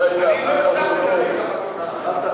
אני לא הצלחתי להגיע לחתונה.